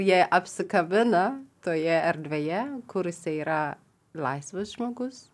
jie apsikabino toje erdvėje kur jisai yra laisvas žmogus